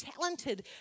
talented